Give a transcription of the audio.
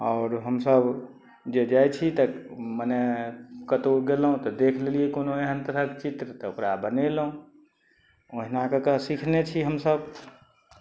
आओर हमसब जे जाइ छी तऽ मने कतौ गेलहुॅं तऽ देख लेलियै कोनो एहेन तरहक चित्र तऽ ओकरा बनेलहुॅं ओहिना कऽ कऽ सिखने छी हमसब